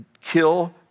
Kill